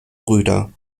brüder